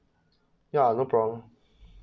ya no problem